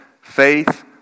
faith